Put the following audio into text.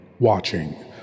Watching